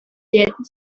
did